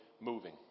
moving